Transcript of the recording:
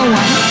one